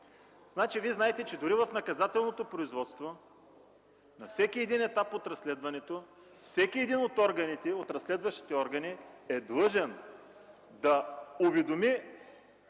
Вие знаете, че дори в наказателното производство на всеки един етап от разследването, всеки един от разследващите органи е длъжен да уведоми